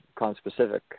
conspecific